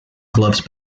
gloves